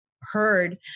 heard